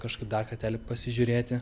kažkaip dar kartelį pasižiūrėti